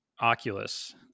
oculus